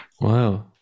Wow